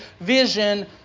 vision